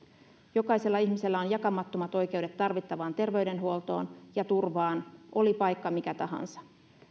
jokaisella ihmisellä on jakamattomat oikeudet tarvittavaan terveydenhuoltoon ja turvaan oli paikka mikä tahansa